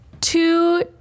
two